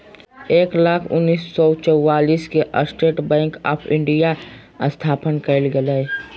एक जुलाई उन्नीस सौ चौआलिस के स्टेट बैंक आफ़ इंडिया के स्थापना कइल गेलय